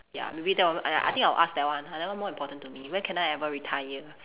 ya maybe that al~ !aiya! I think I will ask that one ah that one more important to me when can I ever retire